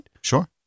sure